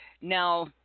Now